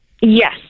Yes